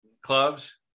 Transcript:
clubs